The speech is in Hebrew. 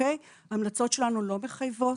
ההמלצות שלנו לא מחייבות.